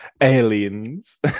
aliens